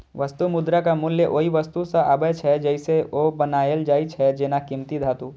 वस्तु मुद्राक मूल्य ओइ वस्तु सं आबै छै, जइसे ओ बनायल जाइ छै, जेना कीमती धातु